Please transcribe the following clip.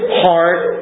heart